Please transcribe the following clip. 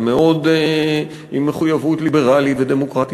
ועם מחויבות ליברלית ודמוקרטית.